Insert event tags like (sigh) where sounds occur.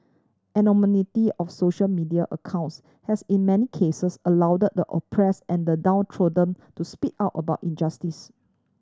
(unintelligible) of social media accounts has in many cases allowed the oppressed and the downtrodden to speak out about injustice